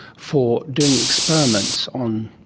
for doing experiments on,